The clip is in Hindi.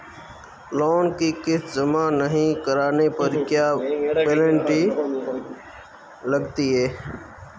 लोंन की किश्त जमा नहीं कराने पर क्या पेनल्टी लगती है?